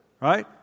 right